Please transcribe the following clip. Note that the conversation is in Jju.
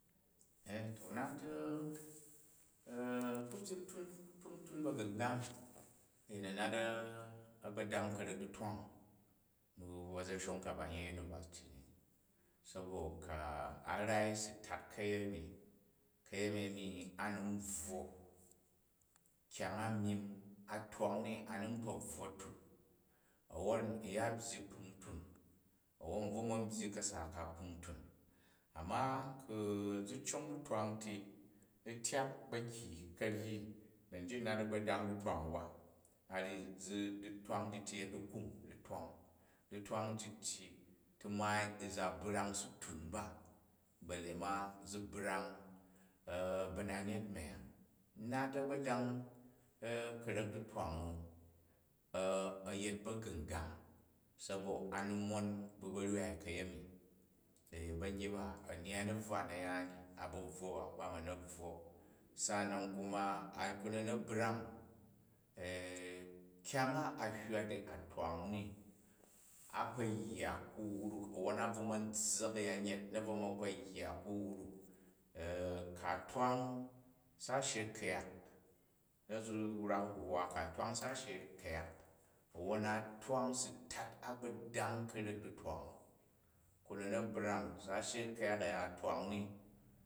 To u hat ku byyi kpuntun ba̱yu̱ngang a̱yin, a̱ nat a̱gbodang ka̱rek dilwang, a̱za̱nshong ka ba n yei university nu na, sabo ku̱ a̱ rai si tat kayemi. Ka̱yemi a̱mi a nin tvwo kyang a myyim a̱ twang ni, a̱ ni n kpo tvwon tum, a̱wwon u̱ ya byyi kpuntun a̱wwon u̱ bvu ma̱ byyi ka̱sa ka kpuntun. Amma ku̱ zi cong ditwang ti u tyak ba ki kanji da njit u̱nat sebodang ditwang us ba, a ryi ditwang git ti yet dikum ditwang. Ditwang njitm ti, ti maai u za̱ brang si tur ba, bale ma zi brang ba̱yanyet myang. Nat a̱gbodang ka̱rek ditwang u, a̱ yet ba̱gu̱ngang sabo ami monm bu tsa̱rwai ka̱yemi, ɓanyyi ba a nhyyai u̱ na̱bvwa na̱yaan ni a̱ba̱ tvwo ba ma̱ na̱ tvwo. Sa'anan kuma kuma na brang kyang a hywa di a twang ni, a kpo yya ku wruk, avwon abvu ma̱ zza̱k a̱yanyet na̱ bvo ma kpo yya ku wruk ku̱ a twang sashi kuyak, ryok zi wrak a̱huhwa, ku̱ a twang sashi ku̱yak, awwan a twang si tat a gbodang ka̱rek ditwang kuri na̱ brang sashi ku̱yak aya a twang